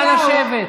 אומרים להם לשבת בבית.